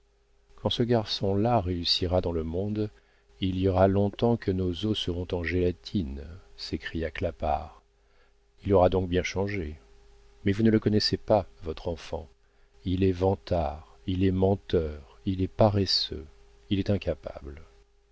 quand ce garçon-là réussira dans le monde il y aura longtemps que nos os seront en gélatine s'écria clapart il aura donc bien changé mais vous ne le connaissez pas votre enfant il est vantard il est menteur il est paresseux il est incapable